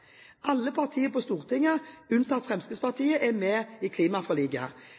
Alle partiene på Stortinget, unntatt Fremskrittspartiet, er med i klimaforliket.